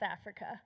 Africa